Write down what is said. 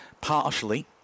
partially